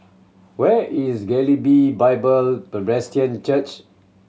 where is Galilee Bible Presbyterian Church